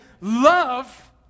love